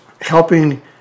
helping